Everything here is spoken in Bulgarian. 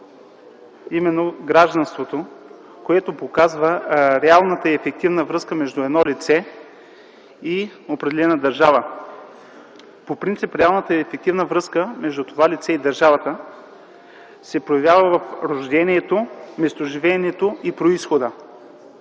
именно от гражданството, което показва реалната и ефективна връзка между едно лице и определена държава. По принцип реалната и ефективна връзка между това лице и държавата се проявява в рождението, местоживеенето и произхода.